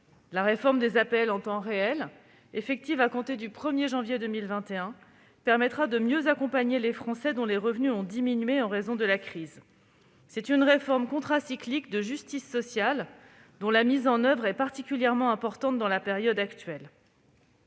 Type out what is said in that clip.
La réforme des APL en temps réel, effective à compter du 1 janvier 2021, permettra de mieux accompagner les Français dont les revenus ont diminué en raison de la crise. Cette réforme contracyclique de justice sociale est particulièrement importante dans la période actuelle.